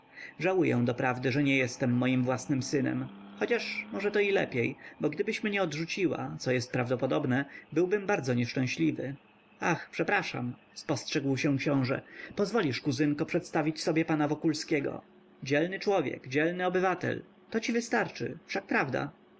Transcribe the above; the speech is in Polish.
żałuję doprawdy że nie jestem moim własnym synem chociaż może to i lepiej bo gdybyś mnie odrzuciła co jest prawdopodobne byłbym bardzo nieszczęśliwy ach przepraszam spostrzegł się książe pozwolisz kuzynko przedstawić sobie pana wokulskiego dzielny człowiek dzielny obywatel to ci wystarczy wszak prawda